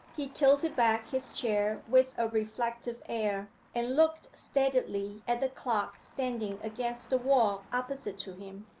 he tilted back his chair with a reflective air, and looked steadily at the clock standing against the wall opposite to him.